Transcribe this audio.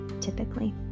typically